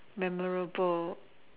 memorable